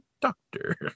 doctor